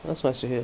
that's nice to hear